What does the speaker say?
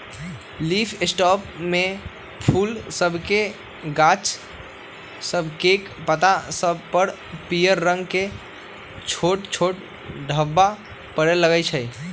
leaf spot में फूल सभके गाछ सभकेक पात सभ पर पियर रंग के छोट छोट ढाब्बा परै लगइ छै